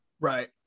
Right